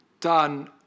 done